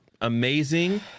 amazing